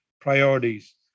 priorities